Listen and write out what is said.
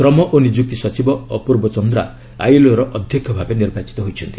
ଶ୍ରମ ଓ ନିଯୁକ୍ତି ସଚିବ ଅପୂର୍ବ ଚନ୍ଦ୍ରା ଆଇଏଲ୍ଓର ଅଧ୍ୟକ୍ଷ ଭାବେ ନିର୍ବାଚିତ ହୋଇଛନ୍ତି